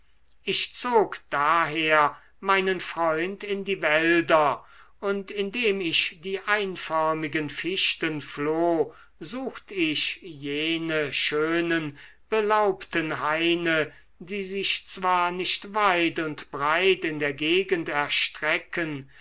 ich zog daher meinen freund in die wälder und indem ich die einförmigen fichten floh sucht ich jene schönen belaubten haine die sich zwar nicht weit und breit in der gegend erstrecken